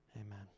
Amen